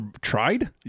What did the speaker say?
tried